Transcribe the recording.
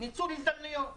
ניצול הזדמנויות.